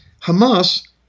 Hamas